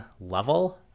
level